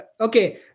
Okay